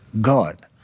God